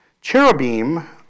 Cherubim